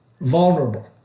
Vulnerable